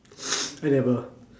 I never